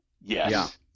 Yes